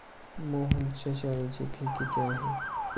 मोहनच्या शाळेची फी किती आहे?